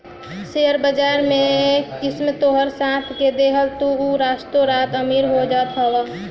share बाजार में किस्मत तोहार साथ दे देहलस तअ तू रातो रात अमीर हो सकत हवअ